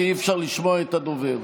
כי אי-אפשר לשמוע את הדובר.